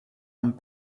amb